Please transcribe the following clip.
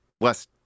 less